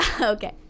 Okay